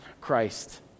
Christ